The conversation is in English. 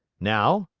now,